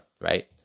right